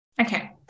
Okay